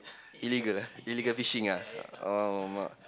illegal ah illegal fishing ah !alamak!